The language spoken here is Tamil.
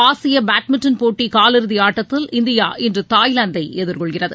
ஆசிய பேட்மின்டன் போட்டி காலிறுதி ஆட்டத்தில் இந்தியா இன்று தாய்லாந்தை எதிர்கொள்கிறது